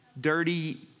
dirty